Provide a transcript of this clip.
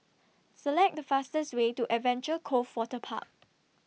Select The fastest Way to Adventure Cove Waterpark